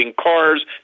cars